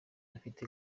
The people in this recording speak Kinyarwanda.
afite